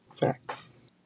Facts